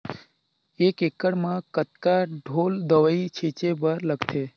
एक एकड़ म कतका ढोल दवई छीचे बर लगथे?